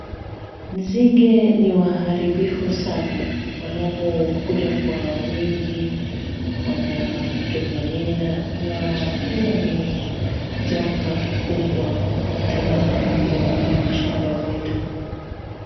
Nzige ni waharibifu sana. Wanapokuja kwa wingi wanatuvamia na huwa ni janga kubwa tena kwa mashamba zetu.